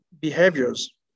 behaviors